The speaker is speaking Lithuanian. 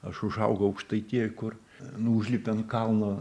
aš užaugau aukštaitijoj kur nu užlipi an kalno